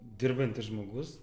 dirbantis žmogus